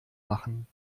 machen